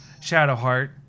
Shadowheart